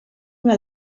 una